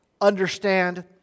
understand